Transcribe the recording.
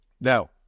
Now